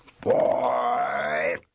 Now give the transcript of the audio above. Boy